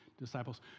disciples